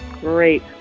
great